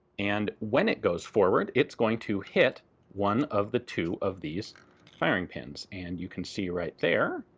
and when it goes forward, it's going to hit one of the two of these firing pins. and you can see right there,